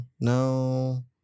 no